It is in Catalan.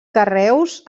carreus